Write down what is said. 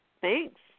thanks